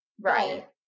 Right